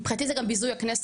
מבחינתי זה גם ביזוי הכנסת,